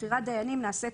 בחירת דיינים נעשית